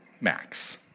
Max